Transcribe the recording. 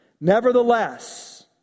Nevertheless